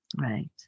Right